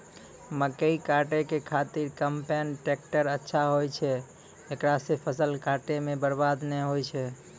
मकई काटै के खातिर कम्पेन टेकटर अच्छा होय छै ऐकरा से फसल काटै मे बरवाद नैय होय छै?